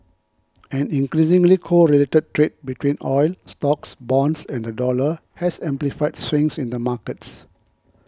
an increasingly correlated trade between oil stocks bonds and the dollar has amplified swings in the markets